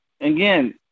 again